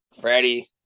Freddie